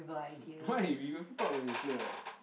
why we also talk when we play what